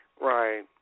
Right